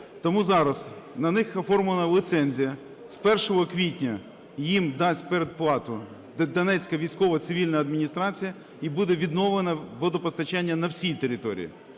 Тому зараз на них оформлена ліцензія, з 1 квітня їм дасть передплату Донецька військова цивільна адміністрація і буде відновлене водопостачання на всій території.